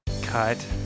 Cut